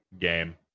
game